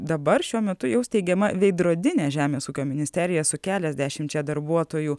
dabar šiuo metu jau steigiama veidrodinė žemės ūkio ministerija su keliasdešimčia darbuotojų